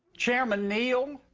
chairman neal,